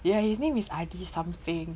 yeah his name is Adi something